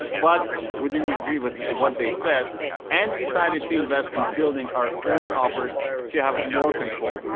but we didn't agree with what they said and decided to invest in building our own offers to have more control,